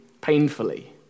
painfully